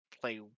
play